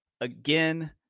again